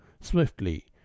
swiftly